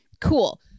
cool